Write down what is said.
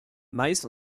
mais